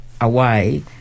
away